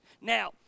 Now